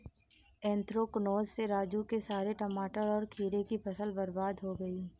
anthracnose से राजू के सारे टमाटर और खीरे की फसल बर्बाद हो गई